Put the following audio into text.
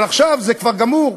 אבל עכשיו זה כבר גמור.